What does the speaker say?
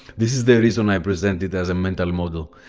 this is the reason i present it as a mental model.